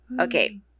Okay